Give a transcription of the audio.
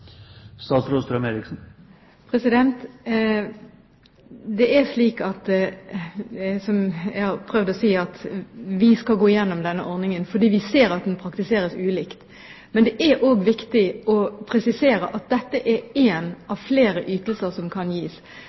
Som jeg har prøvd å si, skal vi gå igjennom denne ordningen fordi vi ser at den praktiseres ulikt. Men det er også viktig å presisere at dette er én av flere ytelser som kan gis.